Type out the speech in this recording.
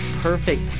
perfect